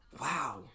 Wow